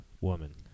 woman